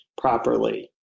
properly